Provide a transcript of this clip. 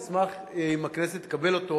אשמח אם הכנסת תקבל אותו